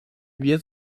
wir